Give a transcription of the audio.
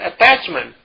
attachment